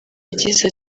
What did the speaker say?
yagize